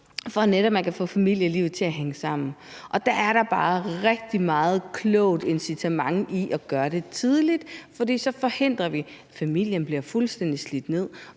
for netop at få familielivet til at hænge sammen. Og der er der bare rigtig meget et klogt incitament i at gøre det tidligt, for så forhindrer vi, at familien bliver slidt fuldstændig ned.